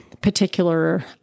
particular